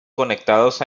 conectados